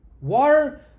Water